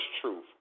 truth